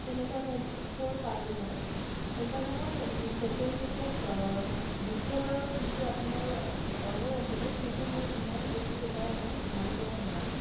তেনেকুৱা টাইপৰ পালোঁ মই সেইকাৰণে মই ছেকেণ্ড যেতিয়া দ্বিতীয়বাৰৰ যোনটো আপোনাৰ অৰ্ডাৰ আছিলে সেইটো মই ইমান বেছি এটা মানে ভাল পোৱা নাই